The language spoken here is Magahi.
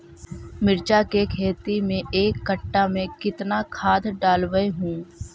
मिरचा के खेती मे एक कटा मे कितना खाद ढालबय हू?